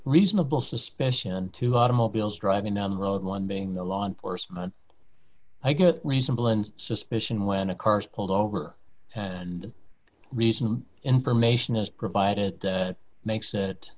reasonable suspicion to automobiles driving down low and one being the law enforcement i get reasonable and suspicion when a car is pulled over and reason information is provided it makes it